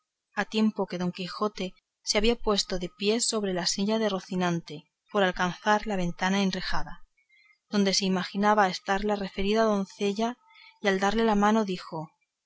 a tiempo que don quijote se había puesto de pies sobre la silla de rocinante por alcanzar a la ventana enrejada donde se imaginaba estar la ferida doncella y al darle la mano dijo